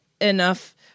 enough